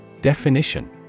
Definition